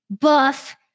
buff